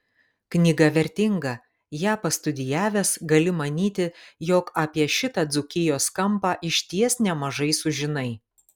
knyga vertinga ją pastudijavęs gali manyti jog apie šitą dzūkijos kampą išties nemažai sužinai